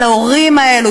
אבל ההורים האלה,